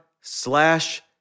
slash